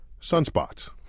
sunspots